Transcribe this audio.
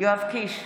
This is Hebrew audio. יואב קיש,